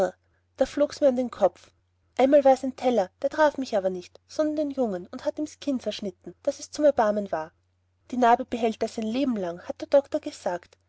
da flog mir's an den kopf einmal war's ein teller der traf aber nicht mich sondern den jungen und hat ihms kinn zerschnitten daß es zum erbarmen war die narbe behält er sein lebenlang hat der doktor gesagt